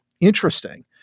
interesting